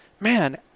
Man